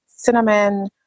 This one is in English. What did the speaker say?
cinnamon